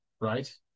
right